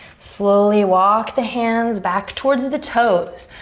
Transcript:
slowly walk the hands back towards the toes.